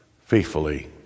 faithfully